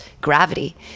gravity